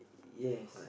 yes